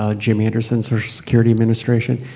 ah jim anderson, social security administration.